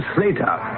Slater